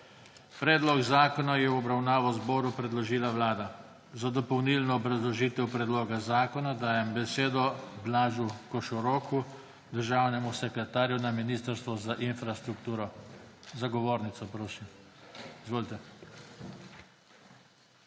Predlog zakona je v obravnavo Državnemu zboru predložila Vlada. Za dopolnilno obrazložitev predloga zakona dajem besedo Blažu Košoroku, državnemu sekretarju na Ministrstvu za infrastrukturo. Za govornico, prosim. Izvolite.